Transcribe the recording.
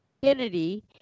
Kennedy